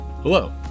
Hello